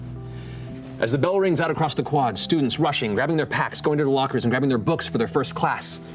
as the bell rings out across the quad, students rushing, grabbing their packs, going to the lockers, and grabbing their books for their first class,